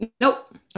nope